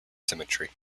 symmetry